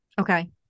Okay